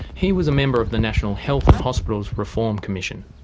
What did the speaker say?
he was a member of the national health and hospitals reform commission.